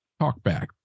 talkback